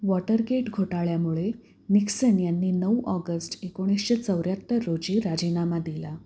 Watergate घोटाळ्यामुळे Nixon यांनी नऊ ऑगस्ट एकोणीशे चौऱ्याहत्तर रोजी राजिनामा दिला